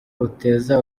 uteza